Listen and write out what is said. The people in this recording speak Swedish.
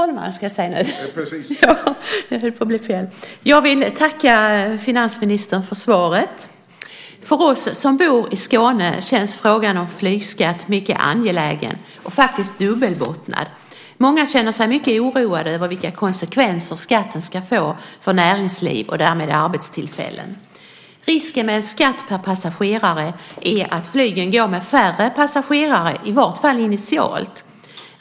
Fru talman! Jag vill tacka finansministern för svaret. För oss som bor i Skåne känns frågan om flygskatt mycket angelägen och faktiskt dubbelbottnad. Många känner sig mycket oroade över vilka konsekvenser skatten ska få för näringsliv och därmed för arbetstillfällen. Risken med en skatt per passagerare är att flygplanen går med färre passagerare, i varje fall initialt.